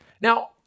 Now